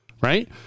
right